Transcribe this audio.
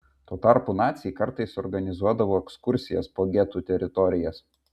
tuo tarpu naciai kartais organizuodavo ekskursijas po getų teritorijas